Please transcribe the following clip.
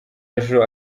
ejo